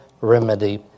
remedy